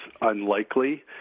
unlikely